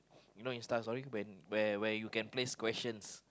you know InstaStory you know when you can place questions